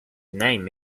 name